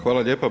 Hvala lijepa.